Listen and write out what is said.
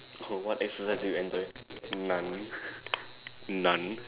oh what exercise do you enjoy none none